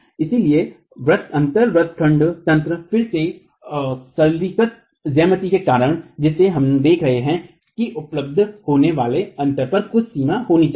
इसलिए अंतर व्रत खंड तंत्र फिर से सरलीकृत ज्यामिति के कारण जिसे हम देख रहे हैं कि उपलब्ध होने वाले अंतर पर कुछ सीमा होनी चाहिए